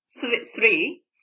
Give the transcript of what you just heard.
three